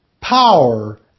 power